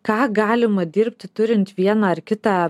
ką galima dirbti turint vieną ar kitą